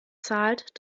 zahlt